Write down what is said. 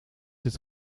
het